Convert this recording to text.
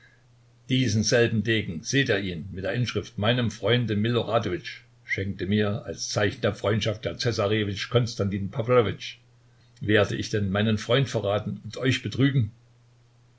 diesen selben degen seht ihr ihn mit der inschrift meinem freunde miloradowitsch schenkte mir als zeichen der freundschaft der zessarewitsch konstantin pawlowitsch werde ich denn meinen freund verraten und euch betrügen